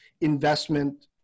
investment